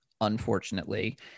unfortunately